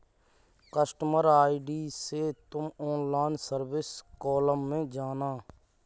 customer ID से तुम online service column में जाना